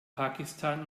pakistan